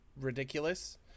ridiculous